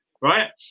right